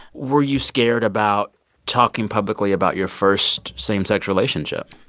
were you scared about talking publicly about your first same-sex relationship?